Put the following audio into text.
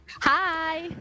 Hi